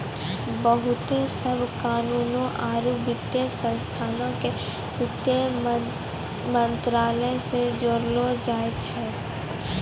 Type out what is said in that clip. बहुते सभ कानूनो आरु वित्तीय संस्थानो के वित्त मंत्रालय से जोड़लो जाय छै